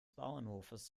bauernhofes